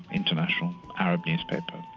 international arab newspaper.